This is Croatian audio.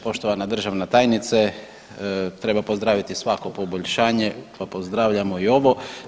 Poštovana državna tajnice, treba pozdraviti svako poboljšanje pa pozdravljamo i ovo.